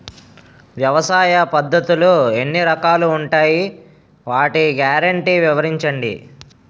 వ్యవసాయ పద్ధతులు ఎన్ని రకాలు ఉంటాయి? వాటి గ్యారంటీ వివరించండి?